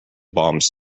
bombs